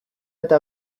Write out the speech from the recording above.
eta